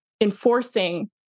enforcing